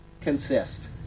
consist